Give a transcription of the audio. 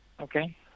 Okay